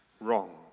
Wrong